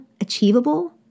achievable